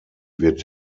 wird